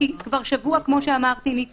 כי כבר שבוע ניתן.